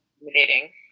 intimidating